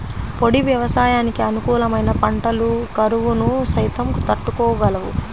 పొడి వ్యవసాయానికి అనుకూలమైన పంటలు కరువును సైతం తట్టుకోగలవు